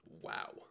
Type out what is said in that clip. Wow